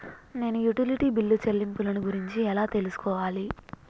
నేను utility bill చెల్లింపులను గురించి ఎలా తెలుసుకోవాలి?